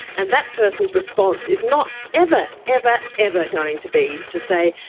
and that person's response is not ever, ever, ever going to be to say,